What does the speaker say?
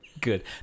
good